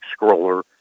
scroller